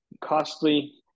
costly